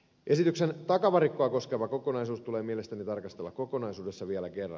esityksen takavarikkoa koskeva kokonaisuus tulee mielestäni tarkastella kokonaisuudessaan vielä kerran